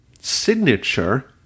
signature